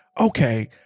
okay-